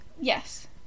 Yes